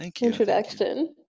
introduction